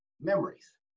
memories